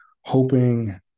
hoping